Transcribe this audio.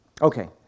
Okay